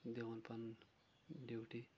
دِوان پَنُن ڈیوٗٹی